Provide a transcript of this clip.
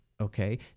Okay